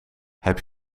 heb